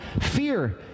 fear